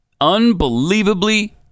Unbelievably